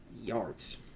yards